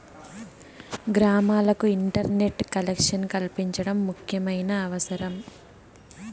గ్రామాలకు internet collection కల్పించడం ముఖ్యమైన అవసరం